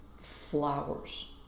flowers